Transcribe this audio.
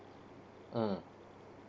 mm